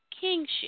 kingship